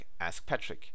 #askpatrick